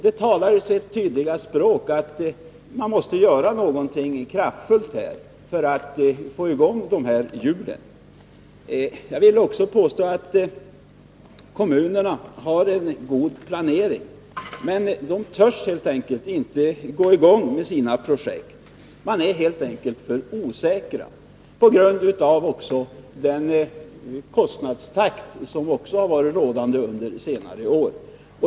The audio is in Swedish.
Det talar sitt tydliga språk — att man måste göra något kraftfullt för att få i gång hjulen. Jag vill också påstå att kommunerna har en god planering. Men de törs inte gå i gång med sina projekt. Man är helt enkelt för osäker, också på grund av den ökningstakt för kostnaderna som varit rådande under senare år.